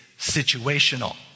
situational